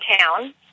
town